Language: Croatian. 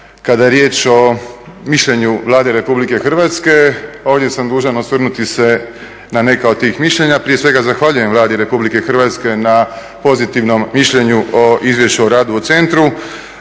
kada je riječ o mišljenju Vlade Republike Hrvatske, ovdje sam dužan osvrnuti se na neka od tih mišljenja. Prije svega zahvaljujem Vladi Republike Hrvatske na pozitivnom mišljenju o izvješću o radu u centru,